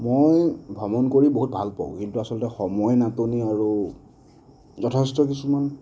মই ভ্ৰমণ কৰি বহুত ভাল পাওঁ কিন্তু আচলতে সময় নাটনি আৰু যথেষ্ট কিছুমান